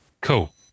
Cool